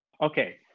Okay